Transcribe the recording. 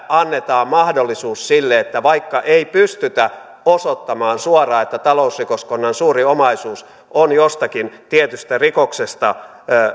annetaan mahdollisuus sille että vaikka ei pystytä osoittamaan suoraan että talousrikoskonnan suuri omaisuus on jostakin tietystä rikoksesta